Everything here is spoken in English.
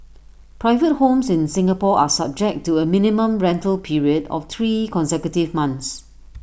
private homes in Singapore are subject to A minimum rental period of three consecutive months